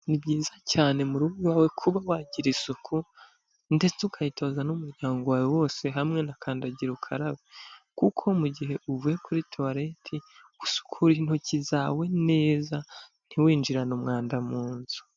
Ni byiza cyane mu rugo i wawe kuba wagira isuku ndetse ukayitoza n'umuryango wawe wose hamwe na kandagira ukarabe kuko mu gihe uvuye kuri tuwareti usukura intoki zawe neza ntiwininjirane umwanda mu nzu.